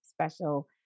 special